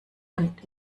und